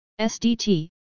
SDT